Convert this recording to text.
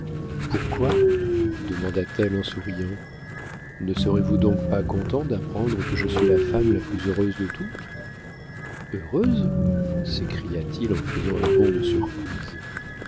pourquoi demanda-t-elle en souriant ne serez-vous donc pas content d'apprendre que je suis la femme la plus heureuse de toutes heureuse s'écria-t-il en faisant un bond de surprise